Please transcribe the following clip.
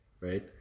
right